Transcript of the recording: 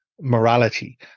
morality